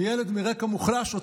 וילד מרקע מוחלש,